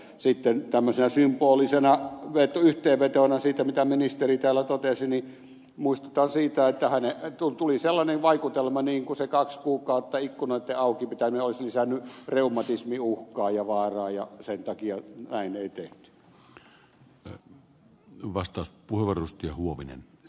sitten tämmöisenä symbolisena yhteenvetona siitä mitä ministeri täällä totesi muistutan siitä että tuli sellainen vaikutelma kuin se ikkunoitten auki pitäminen kaksi kuukautta olisi lisännyt reumatismin uhkaa ja vaaraa ja sen takia näin ei tehty